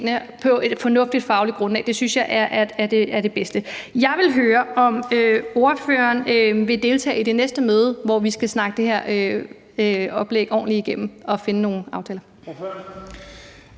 på et fornuftigt, fagligt grundlag. Det synes jeg er det bedste. Jeg vil høre, om ordføreren vil deltage i det næste møde, hvor vi skal snakke det her oplæg ordentligt igennem og finde frem til nogle aftaler.